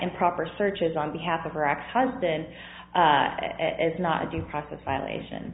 improper searches on behalf of her ex husband is not a due process violation